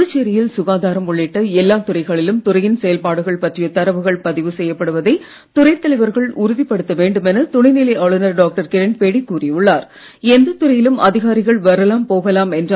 புதுச்சேரியில் சுகாதாரம் உள்ளிட்ட எல்லா துறைகளிலும் துறையின் செயல்பாடுகள் பற்றிய தரவுகள் பதிவு செய்யப்படுவதை துறைத் தலைவர்கள் உறுதிப் படுத்த வேண்டும் என துணைநிலை ஆளுநர் டாக்டர் கிரண் பேடி அதிகாரிகள் வரலாம் போகலாம் என்றாலும் கூறியுள்ளார்